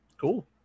Cool